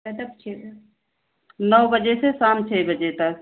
गए तक छः नौ बजे से शाम छः बजे तक